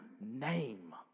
name